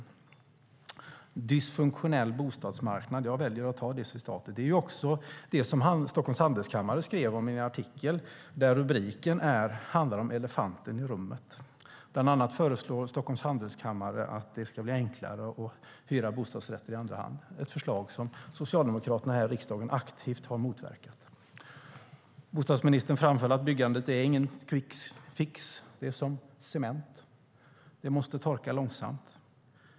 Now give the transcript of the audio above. En dysfunktionell bostadsmarknad - jag väljer att använda det begreppet - är också det som Stockholms handelskammare skrev om i en artikel där rubriken handlade om elefanten i rummet. Bland annat föreslår Stockholms handelskammare att det ska bli enklare att hyra bostadsrätter i andra hand - ett förslag som Socialdemokraterna här i riksdagen aktivt har motverkat. Bostadsministern framförde att byggandet inte är någon quick fix. Det är som cement; det måste torka långsamt.